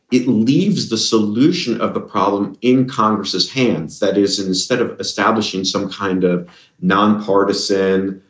it leaves the solution of the problem in congress's hands. that is, instead of establishing some kind of nonpartisan,